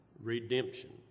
redemption